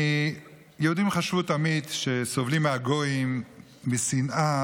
יהודים חשבו תמיד שסובלים מהגויים משנאה